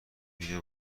بیمه